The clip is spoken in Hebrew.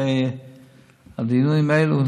אחרי הדיונים האלו,